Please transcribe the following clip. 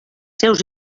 seus